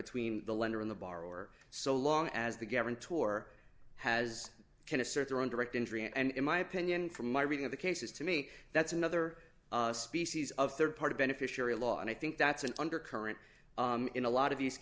between the lender in the bar or so long as the guarantor has can assert their own direct injury and in my opinion from my reading of the cases to me that's another species of rd party beneficiary law and i think that's an undercurrent in a lot of these